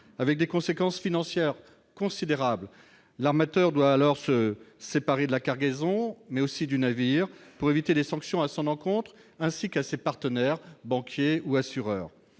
avec des conséquences financières considérables. L'armateur doit alors se séparer de la cargaison, mais aussi du navire, pour éviter des sanctions à son encontre et à l'encontre de ses partenaires, banquiers ou assureurs.